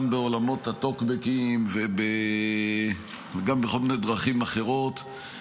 גם בעולמות הטוקבקים וגם בכל מיני דרכים אחרות,